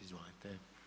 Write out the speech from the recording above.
Izvolite.